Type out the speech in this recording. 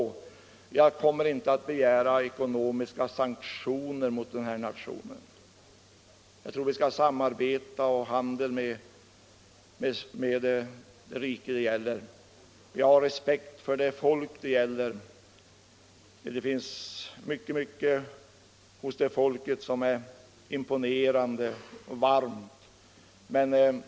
Jag kommer inte att begära ekonomiska sanktioner mot den här nationen. Jag tror att vi skall samarbeta och ha handel med det rike det gäller. Jag har respekt för folket där — det finns mycket hos det folket som är imponerande och varmt.